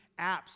apps